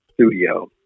studio